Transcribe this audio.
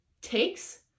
takes